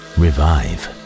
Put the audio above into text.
revive